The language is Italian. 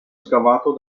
scavato